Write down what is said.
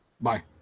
Bye